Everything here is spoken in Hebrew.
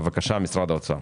בבקשה, משרד האוצר.